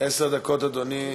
עשר דקות, אדוני,